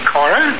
Cora